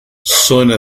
zona